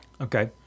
Okay